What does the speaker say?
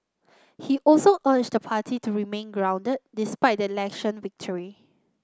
he also urged the party to remain grounded despite the election victory